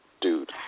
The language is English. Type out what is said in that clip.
dude